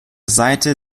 seite